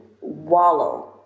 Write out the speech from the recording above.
wallow